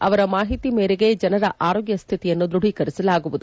ಅವರ ಮಾಹಿತಿ ಮೇರೆಗೆ ಜನರ ಆರೋಗ್ಯ ಸ್ಥಿತಿಯನ್ನು ದ್ವಧೀಕರಿಸಲಾಗುವುದು